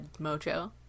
mojo